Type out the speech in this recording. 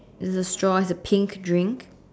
it's a straw it's a pink drink